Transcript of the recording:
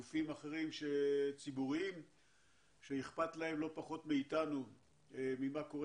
מגופים ציבוריים שאיכפת להם לא פחות מאיתנו ממה שקורה